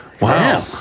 Wow